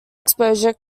exposure